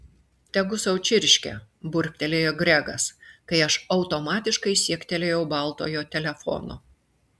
tegul sau čirškia burbtelėjo gregas kai aš automatiškai siektelėjau baltojo telefono